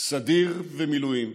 סדיר ומילואים,